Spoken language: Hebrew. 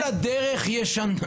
כל הדרך יש.